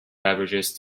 beverages